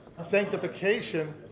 sanctification